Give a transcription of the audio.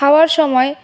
খাওয়ার সময়